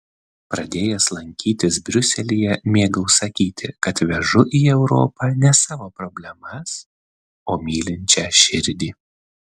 pradėjęs lankytis briuselyje mėgau sakyti kad vežu į europą ne savo problemas o mylinčią širdį